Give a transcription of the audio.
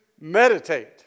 Meditate